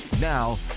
Now